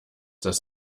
das